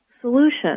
solution